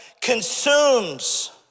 consumes